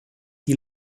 die